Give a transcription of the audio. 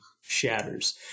shatters